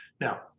Now